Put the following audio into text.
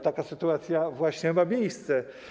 Taka sytuacja właśnie ma miejsce.